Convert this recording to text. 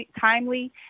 timely